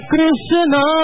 Krishna